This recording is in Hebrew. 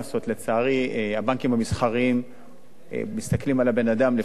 לצערי הבנקים המסחריים מסתכלים על האדם לפי כמה